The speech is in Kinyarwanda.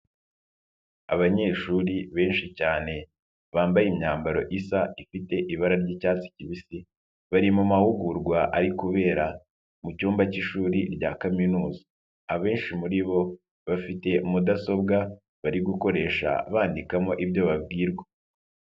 Abanyeshuri benshi cyane bambaye imyambaro isa ifite ibara ry'icyatsi kibisi, bari mu mahugurwa ari kubera mu cyumba k'ishuri rya kaminuza, abenshi muri bo bafite mudasobwa bari gukoresha bandikamo ibyo babwirwa.